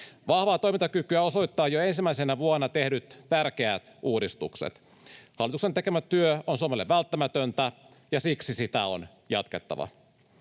Vahvaa toimintakykyä osoittavat jo ensimmäisenä vuonna tehdyt tärkeät uudistukset. Hallituksen tekemä työ on Suomelle välttämätöntä, ja siksi sitä on jatkettava.